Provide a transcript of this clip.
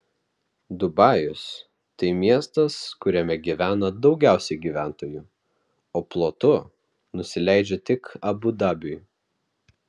dubajus tai miestas kuriame gyvena daugiausiai gyventojų o plotu nusileidžia tik abu dabiui